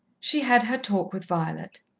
she had her talk with violet.